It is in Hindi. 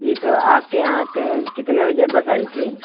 जी तो आपके यहाँ कितने बजे बस आई थी